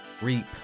reap